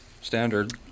standard